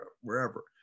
wherever